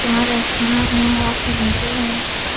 کیا ریستوراں میں ہوم ڈیلیوری ہے